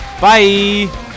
bye